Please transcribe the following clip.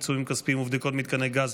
עיצומים כספיים ובדיקות מתקני גז)